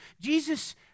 Jesus